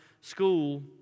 school